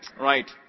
Right